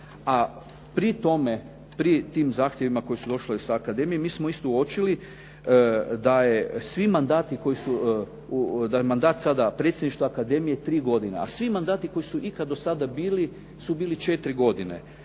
a pri tome, pri tim zahtjevima koji su došli s akademije, mi smo isto uočili da svi mandati koji su, da je mandat sada predsjedništva akademije 3 godine, a svi mandati koji su ikad do sada bili su bili 4 godine,